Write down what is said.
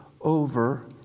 over